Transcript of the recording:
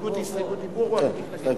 אותו גם כן.